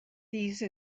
these